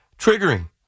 triggering